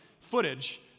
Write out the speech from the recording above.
footage